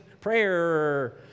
prayer